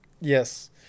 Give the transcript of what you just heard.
Yes